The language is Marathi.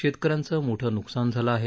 शेतकऱ्यांचं मोठं नुकसान झालं आहे